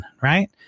right